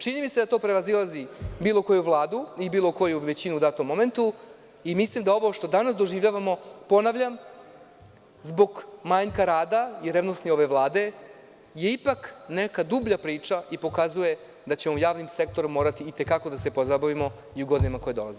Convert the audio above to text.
Čini mi se da to prevazilazi bilo koju vladu i bilo koju većinu u datom momentu i mislim da ovo što danas doživljavamo, ponavljam, zbog manjka rada i revnosti ove vlade, je ipak neka dublja priča i pokazuje da ćemo javnim sektorom morati i te kako da se pozabavimo i u godinama koje dolaze.